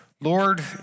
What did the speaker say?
Lord